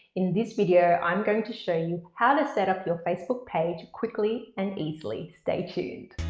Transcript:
in this video i'm going to show you how to set up your facebook page quickly and easily, stay tuned.